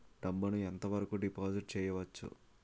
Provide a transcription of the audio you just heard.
డబ్బు ను ఎంత వరకు డిపాజిట్ చేయవచ్చు?